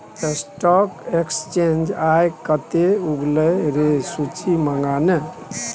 stock exchange आय कते उगलै रै सूची मंगा ने